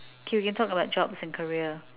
okay we can talk about jobs and career